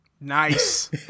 Nice